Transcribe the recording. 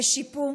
ושיפו,